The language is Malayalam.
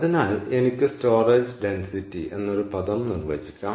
അതിനാൽ എനിക്ക് സ്റ്റോറേജ് ഡെൻസിറ്റി എന്നൊരു പദം നിർവചിക്കാം